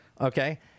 okay